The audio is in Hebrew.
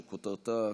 שכותרתה: